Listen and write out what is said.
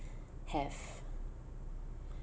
have